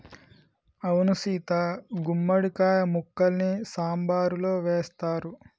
అవును సీత గుమ్మడి కాయ ముక్కల్ని సాంబారులో వేస్తారు